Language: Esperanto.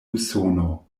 usono